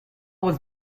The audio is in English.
was